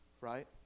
right